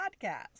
podcast